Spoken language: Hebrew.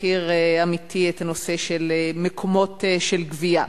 הזכיר עמיתי את הנושא של מקומות של גבייה.